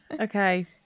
Okay